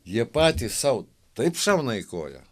jie patys sau taip šauna į koją